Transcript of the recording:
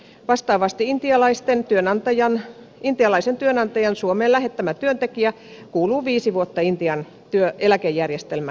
vastaavasti intialaisen työnantajan suomeen lähettämä työntekijä kuuluu viisi vuotta intian eläkejärjestelmän piiriin